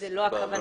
לא.